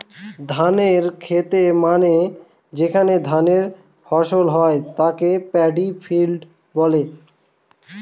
ধানের খেত মানে যেখানে ধান ফসল হয় তাকে পাডি ফিল্ড বলে